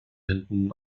hinten